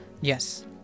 Yes